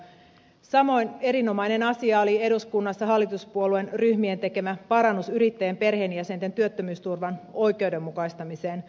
samoin erinomainen asia oli eduskunnassa hallituspuolueen ryhmien tekemä parannus yrittäjien perheenjäsenten työttömyysturvan oikeudenmukaistamiseen